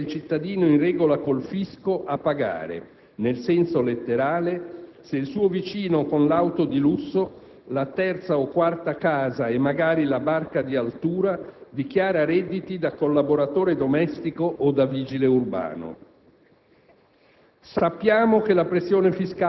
Come si fa strada la consapevolezza che è il cittadino in regola col fisco a pagare, nel senso letterale, se il suo vicino con l'auto di lusso, la terza o quarta casa e magari la barca di altura dichiara redditi da collaboratore domestico o da vigile urbano.